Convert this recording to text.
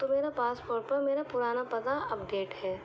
تو میرا پاسپورٹ پر میرا پرانا پتہ اپڈیٹ ہے